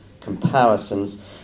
comparisons